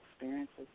experiences